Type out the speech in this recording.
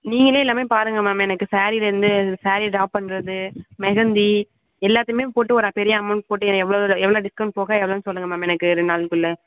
நீங்களே எல்லாமே பாருங்க மேம் எனக்கு ஸாரீலிருந்து ஸாரீ ட்ராப் பண்ணுறது மெஹந்தி எல்லாத்தையுமே போட்டு ஒரு பெரிய அமௌண்ட் போட்டு எவ்வளோ எவ்வளோ டிஸ்கவுண்ட் போக எவ்வளோன்னு சொல்லுங்க மேம் எனக்கு ரெண்டு நாளுக்குள்ளே